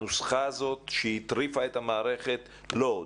הנוסחה הזאת שהטריפה את המערכת לא עוד.